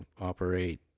operate